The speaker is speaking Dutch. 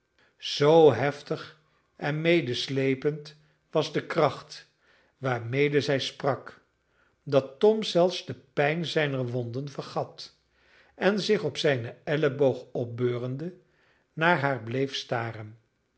zoo heftig en medesleepend was de kracht waarmede zij sprak dat tom zelfs de pijn zijner wonden vergat en zich op zijnen elleboog opbeurende naar haar bleef staren